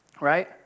Right